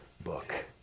book